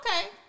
Okay